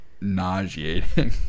nauseating